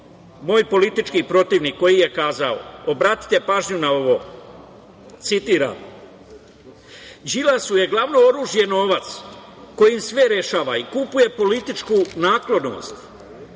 moj politički protivnik, koji je kazao, obratite pažnju na ovo, citiram: „Đilasu je glavno oružje novac kojim sve rešava i kupuje političku naklonost.